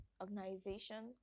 organization